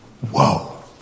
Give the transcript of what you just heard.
Whoa